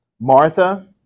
Martha